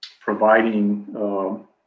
providing